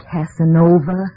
Casanova